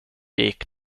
gick